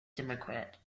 democrat